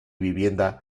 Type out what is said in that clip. vivienda